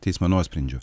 teismo nuosprendžio